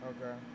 Okay